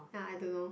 ya I don't know